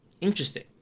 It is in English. Interesting